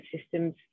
systems